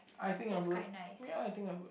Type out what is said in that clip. I think I am good ya I think I am good